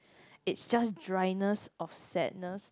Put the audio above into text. it's just dryness of sadness